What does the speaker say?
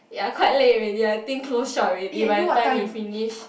ya quite late already I think close shop already by the time we finish